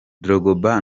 drogba